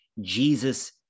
Jesus